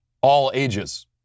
all-ages